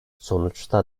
sonuçta